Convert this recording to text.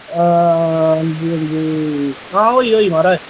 हां जी हां जी हां होई होई म्हाराज